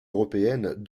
européennes